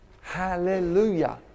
hallelujah